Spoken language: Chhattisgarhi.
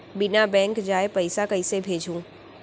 बिना बैंक जाये पइसा कइसे भेजहूँ?